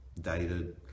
dated